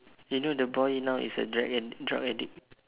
you know the boy now is a drug addi~ drug addict